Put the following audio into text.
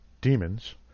Demons